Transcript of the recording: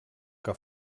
que